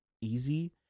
easy